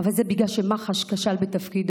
אבל זה בגלל שמח"ש כשל בתפקידו.